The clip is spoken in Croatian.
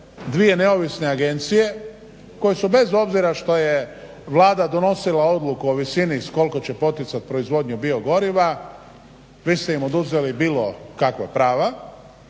dvije neovisne agencije koje su bez obzira što je Vlada donosila odluku o visini sa koliko će poticat proizvodnju biogoriva, vi ste im oduzeli bilo kakva prava,